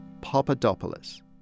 Papadopoulos